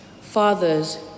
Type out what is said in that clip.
Fathers